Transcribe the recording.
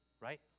right